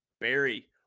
barry